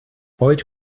boyd